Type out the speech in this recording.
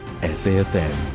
SAFM